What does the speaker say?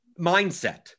mindset